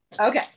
Okay